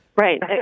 Right